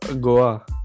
Goa